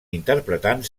interpretant